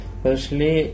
firstly